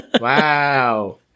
Wow